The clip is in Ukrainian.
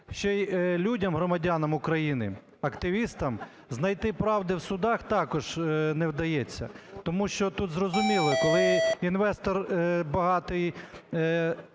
ще і людям, громадянам України, активістам знайти правди в судах також не вдається. Тому що тут, зрозуміло, коли інвестор багатий